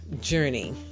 journey